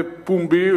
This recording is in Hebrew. ובפומבי,